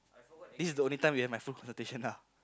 this is the only time you have my full consultation ah